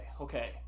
Okay